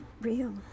real